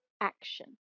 action